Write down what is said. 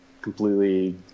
completely